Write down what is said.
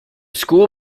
school